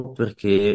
perché